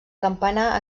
campanar